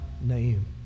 name